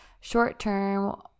short-term